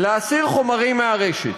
להסיר חומרים מהרשת.